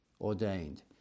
ordained